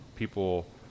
people